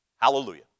Hallelujah